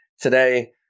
Today